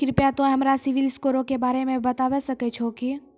कृपया तोंय हमरा सिविल स्कोरो के बारे मे बताबै सकै छहो कि?